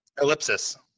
ellipsis